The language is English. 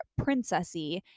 princessy